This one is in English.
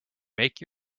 make